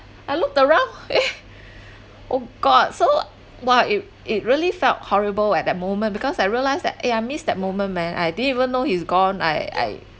I looked around eh oh god so !wah! it it really felt horrible at that moment because I realised that eh I missed that moment man I didn't even know he's gone I I